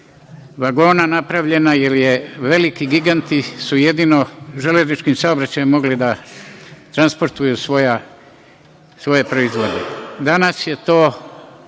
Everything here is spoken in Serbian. vagona napravljena, jer veliki giganti su jedino železničkim saobraćajem mogli da transportuju svoje proizvode. Danas je to